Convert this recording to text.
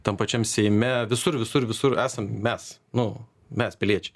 tam pačiam seime visur visur visur esam mes nu mes piliečiai